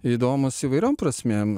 įdomūs įvairiom prasmėm